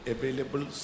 Available